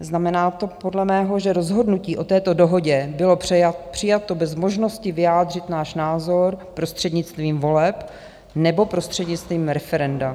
Znamená to podle mého, že rozhodnutí o této dohodě bylo přijato bez možnosti vyjádřit náš názor prostřednictvím voleb nebo prostřednictvím referenda.